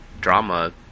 drama